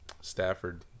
Stafford